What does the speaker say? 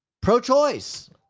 pro-choice